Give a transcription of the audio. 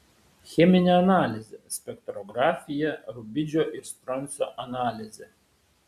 cheminė analizė spektrografija rubidžio ir stroncio analizė